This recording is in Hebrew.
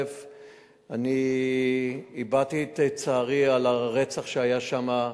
אני הבעתי את צערי על הרצח שהיה שם,